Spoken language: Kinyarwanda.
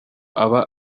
aba